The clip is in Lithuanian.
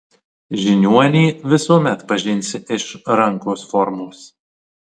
žiniuonį visuomet pažinsi iš rankos formos